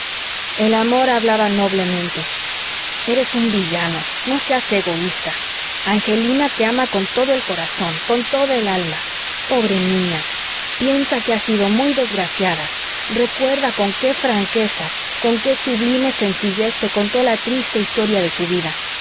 el amor hablaba noblemente eres un villano no seas egoísta angelina te ama con todo el corazón con toda el alma pobre niña piensa que ha sido muy desgraciada recuerda con qué franqueza con qué sublime sencillez te contó la triste historia de su vida